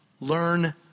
Learn